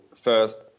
first